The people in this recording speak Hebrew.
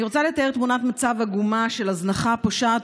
אני רוצה לתאר תמונת מצב עגומה של הזנחה פושעת